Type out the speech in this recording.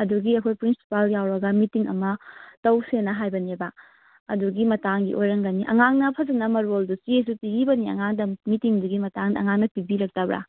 ꯑꯗꯨꯒꯤ ꯑꯩꯈꯣꯏ ꯄ꯭ꯔꯤꯟꯁꯤꯄꯥꯜ ꯌꯥꯎꯔꯒ ꯃꯤꯇꯤꯡ ꯑꯃ ꯇꯧꯁꯦꯅ ꯍꯥꯏꯕꯅꯦꯕ ꯑꯗꯨꯒꯤ ꯃꯇꯥꯡꯒꯤ ꯑꯣꯏꯔꯝꯒꯅꯤ ꯑꯉꯥꯡꯅ ꯐꯖꯅ ꯃꯔꯣꯜꯗꯨ ꯆꯦꯁꯨ ꯄꯤꯈꯤꯕꯅꯤ ꯑꯉꯥꯡꯗ ꯃꯤꯇꯤꯡꯗꯨꯒꯤ ꯃꯇꯥꯡꯗ ꯑꯉꯥꯡꯅ ꯄꯤꯕꯤꯔꯛꯇꯕ꯭ꯔꯥ